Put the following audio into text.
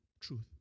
Truth